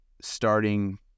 starting